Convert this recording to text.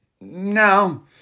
No